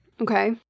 Okay